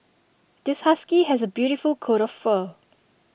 this husky has A beautiful coat of fur